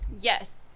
Yes